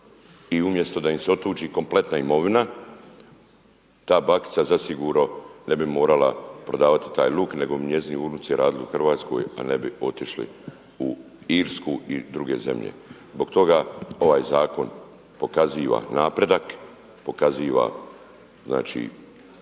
i umjesto da im se otuđi kompletna imovina. Ta bakica zasigurno ne bi morala prodavati taj luk nego bi njezini unuci radili u Hrvatskoj a ne bi otišli u Irsku i druge zemlje. Zbog toga ovaj zakon pokazuje napredak, pokazuje znači